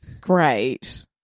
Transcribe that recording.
great